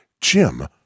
Jim